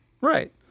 Right